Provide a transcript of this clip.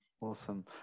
awesome